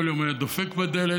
כל יום היה דופק בדלת,